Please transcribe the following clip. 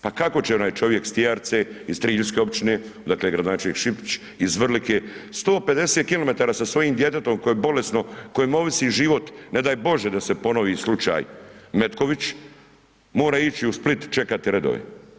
Pa kako će onaj čovjek s Tijarice, iz Triljske općine, dakle, gradonačelnik Šipić iz Vrlike, 150 km sa svojim djetetom, koje je bolesno, kojim ovisi život, ne daj Bože da se ponovi slučaj Metković, mora ići u Split čekati redove.